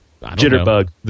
jitterbug